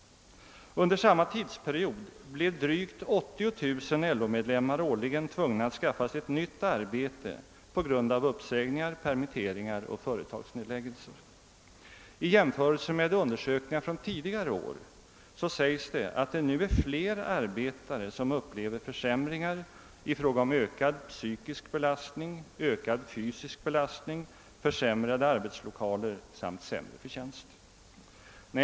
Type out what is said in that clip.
Under samma tidsperiod blev drygt 80000 LO medlemmar årligen tvungna att skaffa sig ett nytt arbete på grund av uppsägningar, permitteringar och företagsnedläggningar. I jämförelse med undersökningar från tidigare år är det nu fler arbetare som upplever försämringar i fråga om ökad psykisk belastning, ökad fysisk belastning, försämrade arbetslokaler och sämre förtjänst.